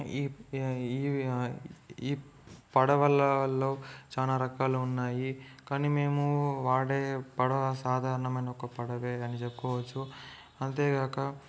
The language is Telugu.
ఈ ఈ పడవలలో చాలా రకాలు ఉన్నాయి కానీ మేము వాడే పడవ సాధారణమైన ఒక పడవే అని చెప్పుకోవచ్చు అంతేగాక